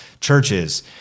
Churches